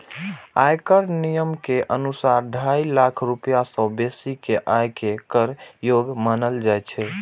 आयकर नियम के अनुसार, ढाई लाख रुपैया सं बेसी के आय कें कर योग्य मानल जाइ छै